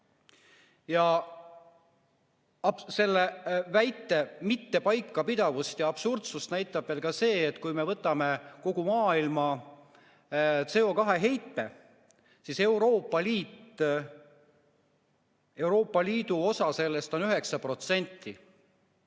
Ja selle [meetme] mittepaikapidavust ja absurdsust näitab ka see, et kui me võtame kogu maailma CO2heite, siis Euroopa Liidu osa selles on 9%.